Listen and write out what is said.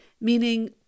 Meaning